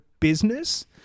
Business